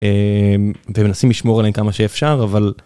ומנסים לשמור עליהם כמה שאפשר אבל.